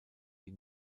die